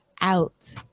out